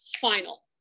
final